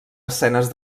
escenes